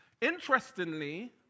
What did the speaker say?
Interestingly